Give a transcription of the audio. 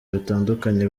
batandukanye